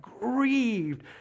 grieved